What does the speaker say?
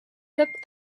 took